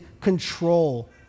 control